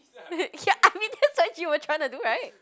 ya I mean that's what you were trying to do right